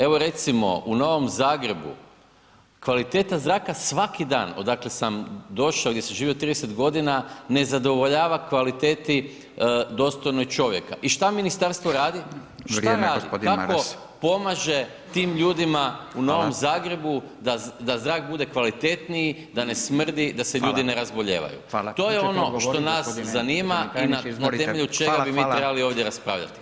Evo recimo u Novom Zagrebu kvaliteta zraka svaki dan odakle sam došao, gdje sam živio 30 godina ne zadovoljava kvaliteti dostojnoj čovjeka i šta ministarstvo radi [[Upadica: Vrijeme gospodine Maras.]] šta radi, kako pomaže tim ljudima u Novom Zagrebu [[Upadica: Hvala.]] da zrak bude kvalitetniji, da ne smrdi, [[Upadica: Hvala.]] da se ljudi ne razbolijevaju [[Upadica: Hoćete odgovoriti državne tajniče, izvolite.]] to je ono što nas zanima i na temelju [[Upadica: Hvala, hvala.]] čega bi mi trebali ovdje raspravljati.